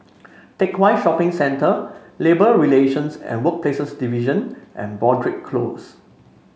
Teck Whye Shopping Centre Labour Relations and Workplaces Division and Broadrick Close